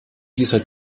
dieser